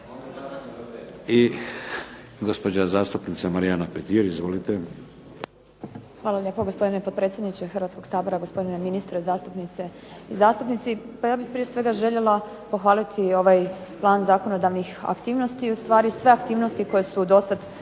I gospođa zastupnica Marijana Petir. Izvolite. **Petir, Marijana (HSS)** Hvala lijepa gospodine potpredsjedniče Hrvatskog sabora, gospodine ministre, zastupnice i zastupnici. Pa ja bih prije svega željela pohvaliti ovaj plan zakonodavnih aktivnosti i ustvari sve aktivnosti koje su dosad